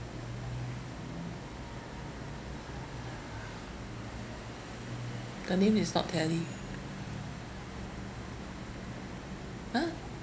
the name is not tally !huh!